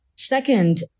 Second